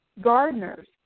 gardeners